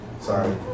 sorry